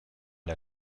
der